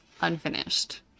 Unfinished